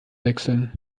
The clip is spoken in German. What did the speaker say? wechseln